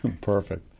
Perfect